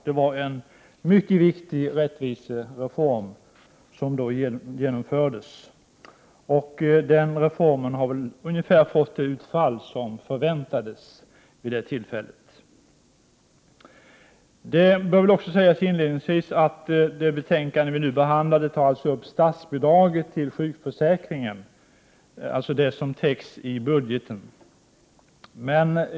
Det var en mycket viktig rättvisereform som då genomfördes, och den har väl ungefär fått det utfall som förväntades vid detta tillfälle. Det bör väl också sägas inledningsvis att det betänkande vi nu behandlar tar upp statsbidraget till sjukförsäkringen, alltså det som täcks i budgeten.